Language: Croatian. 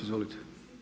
Izvolite.